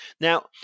Now